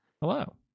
Hello